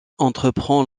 entreprend